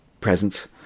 presence